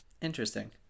Interesting